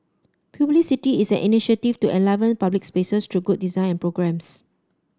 is an initiative to enliven public spaces through good design and programmes